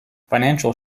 financial